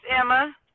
Emma